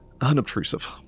unobtrusive